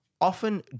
often